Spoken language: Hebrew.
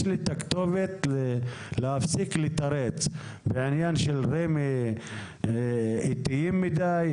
יש לי כתובת להפסיק לתרץ שרמ"י איטיים מדיי,